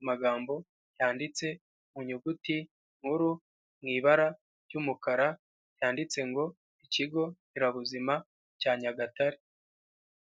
amagambo yanditse mu nyuguti nkuru mu ibara ry'umukara cyanditse ngo ikigo nderabuzima cya Nyagatare.